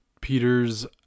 Peter's